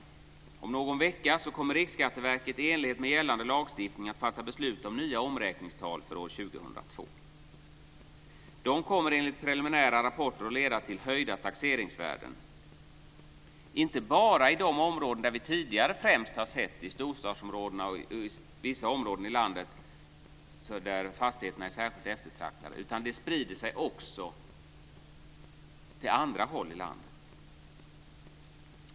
Om någon vecka kommer Riksskatteverket i enlighet med gällande lagstiftning att fatta beslut om nya omräkningstal för år 2002. Dessa kommer enligt preliminära rapporter att leda till höjda taxeringsvärden - inte bara i de områden där vi tidigare främst har sett detta, dvs. i storstadsområdena och i vissa områden där fastigheterna är särskilt eftertraktade, utan det sprider sig också till andra håll i landet.